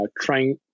trying